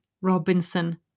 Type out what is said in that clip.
Robinson